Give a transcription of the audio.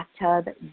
bathtub